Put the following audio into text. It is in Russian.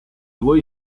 его